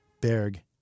Berg